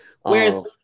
Whereas